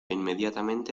inmediatamente